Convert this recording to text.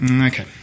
Okay